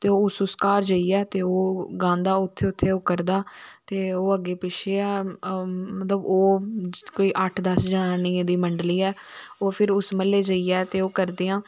ते ओह् उस उस घर जेइयै गांदा ते ओह् करदा ते ओह् अग्गे पिच्छे मतलब ओह् कोई अट्ठ दस जनानियें दी मंडली ऐ ओह् फिर म्हल्ले जेइये ओह् करदियां